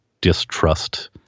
distrust